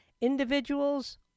individuals